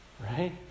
Right